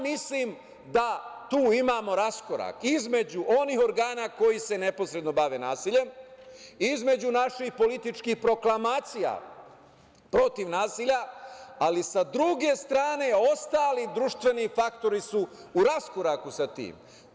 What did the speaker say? Mislim da tu imamo raskorak između onih organa koji se neposredno bave nasiljem, između naših političkih proklamacija protiv nasilja, ali sa druge strane ostali društveni faktori su u raskoraku sa tim.